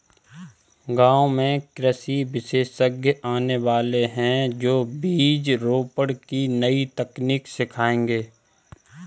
गांव में कृषि विशेषज्ञ आने वाले है, जो बीज रोपण की नई तकनीक सिखाएंगे